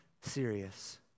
serious